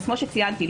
כמו שציינתי,